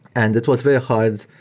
and it was very hard